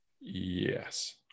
Yes